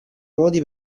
modi